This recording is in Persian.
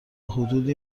حدودی